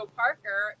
parker